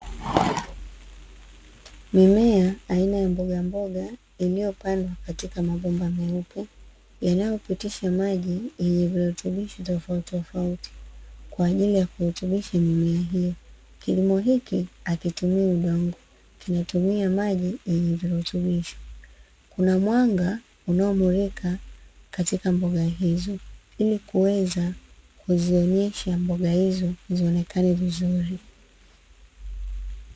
Mimea aina ya mbogamboga iliyopandwa katika mabomba meupe yanayopitisha maji yenye virutubisho tofautitofauti, kwa ajili ya kurutubisha miche ya mimea hiyo. Kilimo hiki hakitumii udongo, kinatumia maji yenye virutubisho. Kuna mwanga unaomulika katika mboga hizo, ili kuweza kuzionyesha mboga hizo zionekane vizuri.